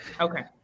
Okay